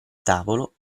tavolo